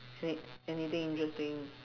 any~ anything interesting